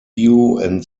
morning